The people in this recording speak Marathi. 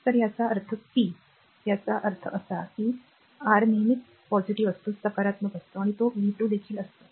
तर याचा अर्थ पी याचा अर्थ असा की आर नेहमीच सकारात्मक असतो आणि तो v2 देखील असतो